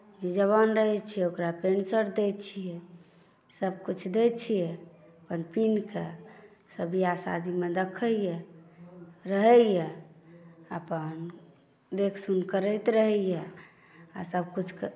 जे जवान रहैत छै ओकरा पैण्ट शर्ट दैत छियै सभकुछ दैत छियै अपन पिन्ह कऽ सभ ब्याह शादीमेँ देखैए रहैए अपन देखसुनि करैत रहैए आ सभकिछुके